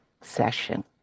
session